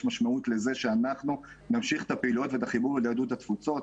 יש משמעות לזה שאנחנו נמשיך את הפעילויות ואת החיבור ליהדות התפוצות,